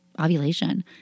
ovulation